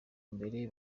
mbere